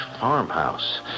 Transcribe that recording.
farmhouse